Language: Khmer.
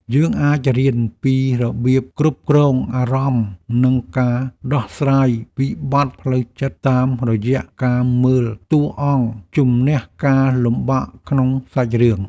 យើងអាចរៀនពីរបៀបគ្រប់គ្រងអារម្មណ៍និងការដោះស្រាយវិបត្តិផ្លូវចិត្តតាមរយៈការមើលតួអង្គជម្នះការលំបាកក្នុងសាច់រឿង។